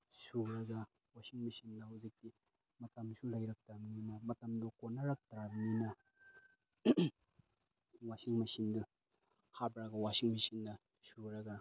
ꯁꯨꯔꯒ ꯋꯥꯁꯤꯡ ꯃꯦꯁꯤꯟꯗ ꯍꯧꯖꯤꯛꯇꯤ ꯃꯇꯝꯁꯨ ꯂꯩꯔꯛꯇ꯭ꯔꯕꯅꯤꯅ ꯃꯇꯝꯗꯨ ꯀꯣꯟꯅꯔꯛꯇ꯭ꯔꯕꯅꯤꯅ ꯋꯥꯁꯤꯡ ꯃꯦꯁꯤꯟꯗꯨ ꯍꯥꯞꯂꯒ ꯋꯥꯁꯤꯡ ꯃꯦꯁꯤꯟꯅ ꯁꯨꯔꯒ